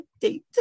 date